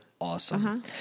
awesome